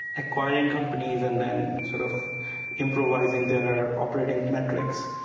acquiring companies and then sort of improvising their operating metrics.